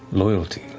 loyalty,